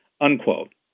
Unquote